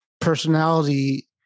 personality